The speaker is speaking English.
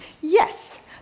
Yes